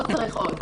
לא צריך עוד.